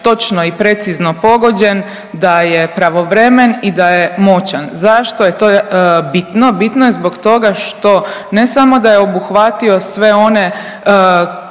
točno i precizno pogođen, da je pravovremen i da je moćan. Zašto je to bitno? Bitno je zbog toga što ne samo da je obuhvatio sve one